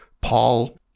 Paul